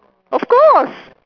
of course